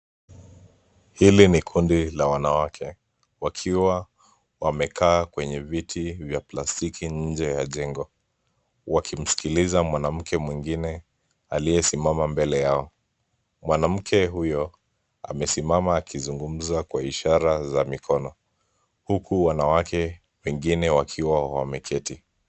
Hili ni kundi la wanawake wakiwa wamekaa kwenye viti vya plastiki nje ya jengo wakimsikiliza mwanamke mwingine aliyesimama mbele yao. Mwanamke huyo amesimama akizungumza kwa ishara za mikono huku wanawake wengine wakiwa wameketi.